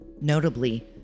Notably